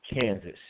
Kansas